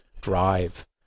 drive